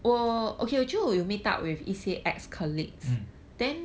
mm